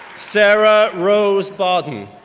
sarah rose barden,